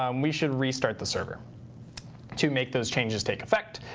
um we should restart the server to make those changes take effect.